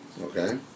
Okay